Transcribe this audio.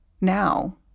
now